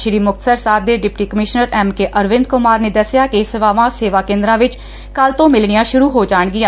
ਸ੍ਰੀ ਮੁਕਤਸਰ ਸਾਹਿਬ ਦੇ deputy commissioner M K Arvind Kumar ਨੇ ਦਸਿਆ ਕਿ ਇਹ ਸੇਵਾਵਾ ਸੇਵਾ ਕੇਦਰਾ ਵਿਚ ਕੱਲ੍ਹ ਤੋਂ ਮਿਲਣੀਆਂ ਸੁਰੂ ਹੋ ਜਾਣਗੀਆਂ